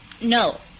No